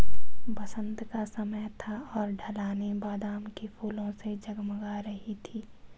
बसंत का समय था और ढलानें बादाम के फूलों से जगमगा रही थीं